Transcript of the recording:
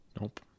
nope